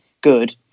good